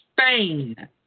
Spain